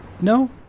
No